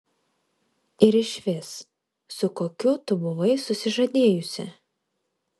ir išvis su kokiu tu buvai susižadėjusi